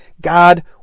God